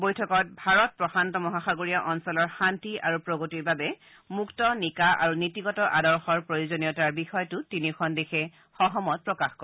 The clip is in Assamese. বৈঠকত ভাৰত প্ৰশান্ত মহাসাগৰীয় অঞ্চলৰ শান্তি আৰু প্ৰগতিৰ বাবে মুক্ত নিকা আৰু নীতিগত আদৰ্শৰ প্ৰয়োজনীয়তাৰ বিষয়টোত তিনিওখন দেশে সহমত প্ৰকাশ কৰে